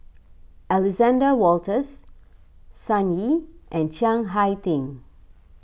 Alexander Wolters Sun Yee and Chiang Hai Ding